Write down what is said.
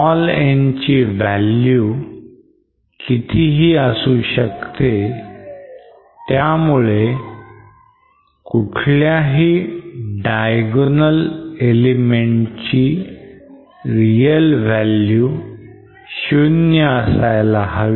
n' ची value कितीही असू शकते त्यामुळे कुठल्याही diagonal element ची real value 0 असायला हवी